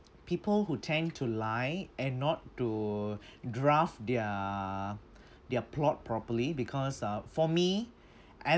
people who tend to lie and not to draft their their plot properly because uh for me